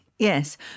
Yes